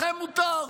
לכם מותר.